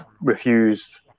refused